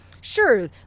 sure